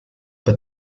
but